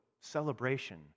celebration